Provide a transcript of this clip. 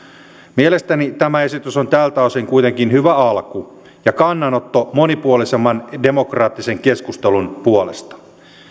mielestäni tämä esitys on tältä osin kuitenkin hyvä alku ja kannanotto monipuolisemman demokraattisen keskustelun puolesta